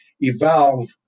evolve